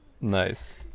nice